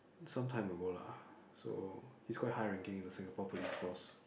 sometime ago lah so he's quite high ranking in the Singapore Police Force